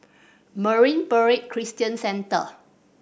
Marine Para Christian Centre